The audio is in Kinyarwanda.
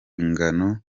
ingano